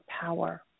power